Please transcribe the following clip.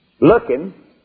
looking